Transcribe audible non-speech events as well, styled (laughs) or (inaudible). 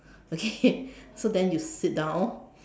okay (laughs) so then you sit down